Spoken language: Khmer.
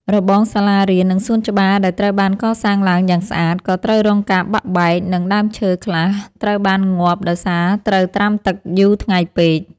របងសាលារៀន និងសួនច្បារដែលត្រូវបានកសាងឡើងយ៉ាងស្អាត ក៏ត្រូវរងការបាក់បែក និងដើមឈើខ្លះត្រូវបានងាប់ដោយសារត្រូវត្រាំទឹកយូរថ្ងៃពេក។